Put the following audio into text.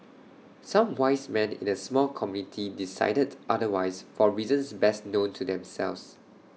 some 'wise men' in A small committee decided otherwise for reasons best known to themselves